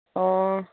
ꯑꯣ